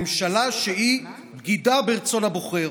ממשלה שהיא בגידה ברצון הבוחר.